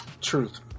Truth